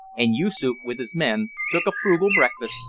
and yoosoof with his men, took a frugal breakfast,